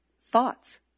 thoughts